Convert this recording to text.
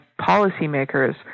policymakers